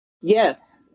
Yes